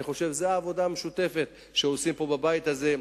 אני חושב שזאת העבודה המשותפת שעושים פה בבית הזה.